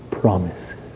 promises